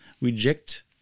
reject